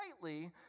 slightly